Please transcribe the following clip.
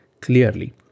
clearly